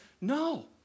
no